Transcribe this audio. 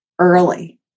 early